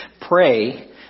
Pray